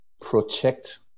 protect